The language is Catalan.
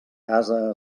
casa